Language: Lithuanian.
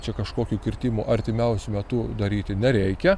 čia kažkokių kirtimų artimiausiu metu daryti nereikia